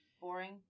boring